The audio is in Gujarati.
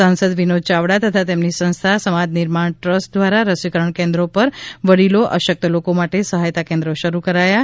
સાંસદ વિનોદ ચાવડા તથા તેમની સંસ્થા સમાજ નવનિર્માણ ટ્રસ્ટ દ્વારા રસીકરણ કેન્દ્રો પર વડીલો અશક્ત લોકો માટે સહાયતા કેન્દ્ર શરૂ કરાયા છે